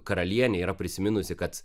karalienė yra prisiminusi kad